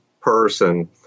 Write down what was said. person